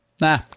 Nah